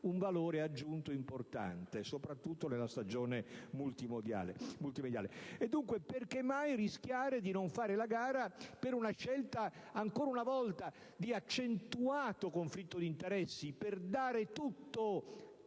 un valore aggiunto importante, soprattutto nella stagione multimediale? Perché mai rischiare di non fare la gara, ancora una volta, per una scelta di accentuato conflitto di interessi per dare tutto